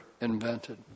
invented